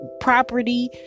Property